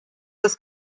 das